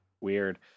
Weird